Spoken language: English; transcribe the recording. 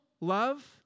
love